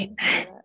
Amen